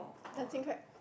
Dancing-Crab